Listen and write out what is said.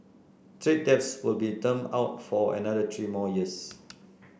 trade debts will be termed out for another three more years